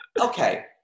okay